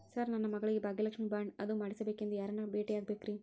Sir ನನ್ನ ಮಗಳಿಗೆ Bhagyalakshmi bond ಅದು ಮಾಡಿಸಬೇಕೆಂದು ಯಾರನ್ನ ಭೇಟಿಯಾಗಬೇಕ್ರಿ?